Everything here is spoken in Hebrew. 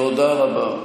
תודה רבה.